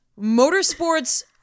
motorsports